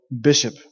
bishop